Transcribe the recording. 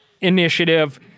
initiative